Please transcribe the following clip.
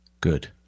Good